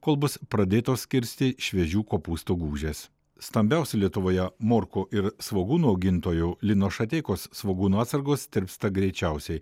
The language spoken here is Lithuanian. kol bus pradėtos kirsti šviežių kopūstų gūžės stambiausių lietuvoje morkų ir svogūnų augintojų lino šateikos svogūnų atsargos tirpsta greičiausiai